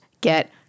get